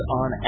on